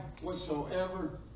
whatsoever